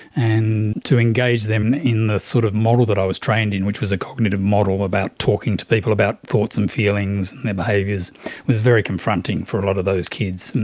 and to engage them in the sort of model that i was trained in, which was a cognitive model about talking to people about thoughts and feelings and their behaviours was very confronting for a lot of those kids.